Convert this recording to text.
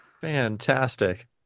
Fantastic